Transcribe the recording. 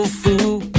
fool